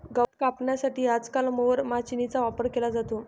गवत कापण्यासाठी आजकाल मोवर माचीनीचा वापर केला जातो